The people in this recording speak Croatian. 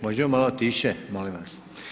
Možemo malo tiše molim vas?